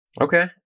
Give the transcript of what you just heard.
Okay